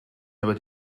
never